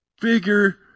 figure